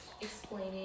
explaining